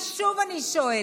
אז שוב אני שואלת: